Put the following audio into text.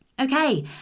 Okay